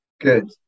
Good